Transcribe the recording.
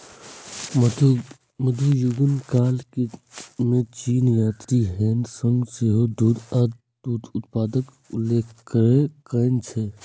मध्ययुगीन काल मे चीनी यात्री ह्वेन सांग सेहो दूध आ दूध उत्पादक उल्लेख कयने छै